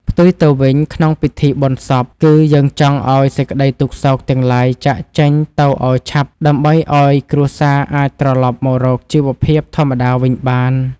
ផ្ទុយទៅវិញក្នុងពិធីបុណ្យសព គឺ យើងចង់ឱ្យសេចក្តីទុក្ខសោកទាំងឡាយចាកចេញទៅឱ្យឆាប់ដើម្បីឱ្យគ្រួសារអាចត្រឡប់មករកជីវភាពធម្មតាវិញបាន។